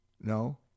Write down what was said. no